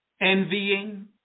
envying